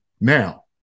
Now